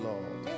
Lord